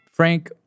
Frank